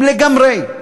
לגמרי.